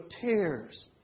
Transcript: tears